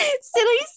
silly